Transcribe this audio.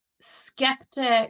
skeptic